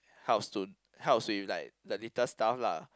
helps to helps with like the little stuff lah